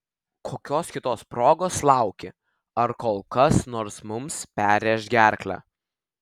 kokios kitos progos lauki ar kol kas nors mums perrėš gerklę